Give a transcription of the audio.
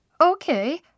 Okay